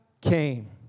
came